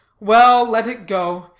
well, let it go.